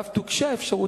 ואף תוקשה האפשרות,